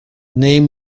name